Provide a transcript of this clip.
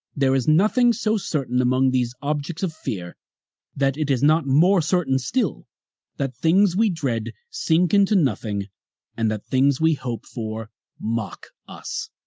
there is nothing so certain among these objects of fear that it is not more certain still that things we dread sink into nothing and that things we hope for mock us.